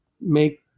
make